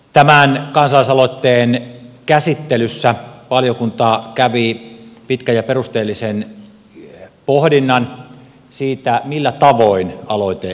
tämän kansalaisaloitteen käsittelyssä valiokunta kävi pitkän ja perusteellisen pohdinnan siitä millä tavoin aloite käsitellään